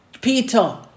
Peter